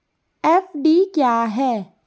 FD क्या है?